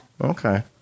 Okay